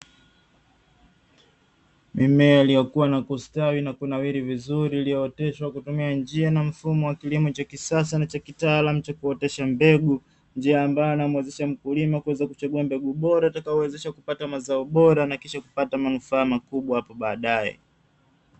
Mimea iliyokua na kustawi na kunawiri vizuri iliyooteshwa kwa kutumia njia na mfumo wa kilimo cha kisasa na cha kitaalamu cha kuotesha mbegu, njia ambayo inamwezesha mkulima kuweza kuchagua mbegu bora itakayomwezesha kupata mazao bora na kisha kupata manufaa makubwa hapo baadae.